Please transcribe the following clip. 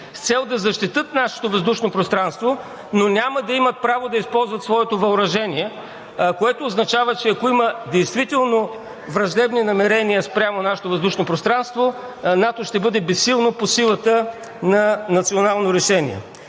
с цел да защитят нашето въздушно пространство, но няма да имат право да използват своето въоръжение, което означава, че ако има действително враждебни намерения спрямо нашето въздушно пространство, НАТО ще бъде безсилно по силата на национално решение.